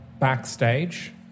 Backstage